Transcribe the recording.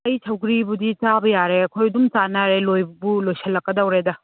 ꯑꯩ ꯁꯧꯒ꯭ꯔꯤꯕꯨꯗꯤ ꯆꯥꯕ ꯌꯥꯔꯦ ꯑꯩꯈꯣꯏ ꯑꯗꯨꯝ ꯆꯥꯟꯅꯔꯦ ꯂꯣꯏꯕꯨ ꯂꯣꯏꯁꯤꯜꯂꯛꯀꯗꯣꯔꯦꯗ